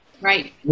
Right